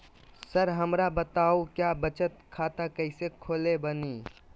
Sir हमरा बताओ क्या बचत खाता कैसे खोले बानी?